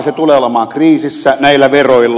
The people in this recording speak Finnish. se tulee olemaan kriisissä näillä veroilla